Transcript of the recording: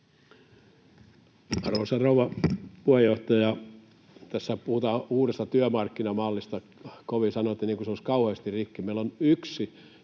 Arvoisa rouva puheenjohtaja! Tässä puhutaan uudesta työmarkkinamallista kovin sanoin, niin kuin se olisi kauheasti rikki. Meillä on yksi